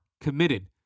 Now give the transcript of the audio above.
committed